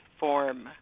form